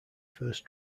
first